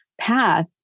path